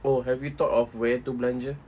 oh have you thought of where to belanja